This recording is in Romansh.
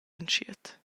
entschiet